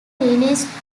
released